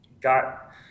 got